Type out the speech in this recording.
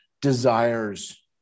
desires